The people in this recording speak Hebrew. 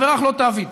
לחברך לא תעביד.